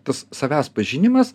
tas savęs pažinimas